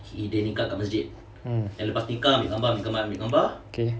mm okay